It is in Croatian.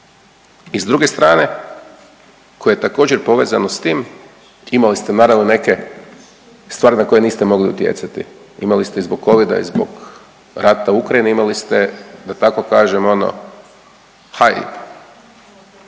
I s druge strane koje je također povezano s tim imali ste naravno neke stvari na koje niste mogli utjecati, imali ste i zbog covida i zbog rata u Ukrajini, imali ste da tako kažem ono …